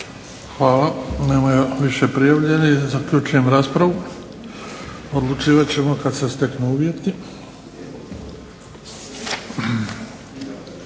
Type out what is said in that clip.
Hvala. Nema više prijavljenih. Zaključujem raspravu. Odlučivat ćemo kad se steknu uvjeti.